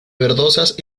verdosas